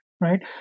right